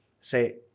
say